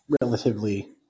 relatively